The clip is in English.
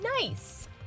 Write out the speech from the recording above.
nice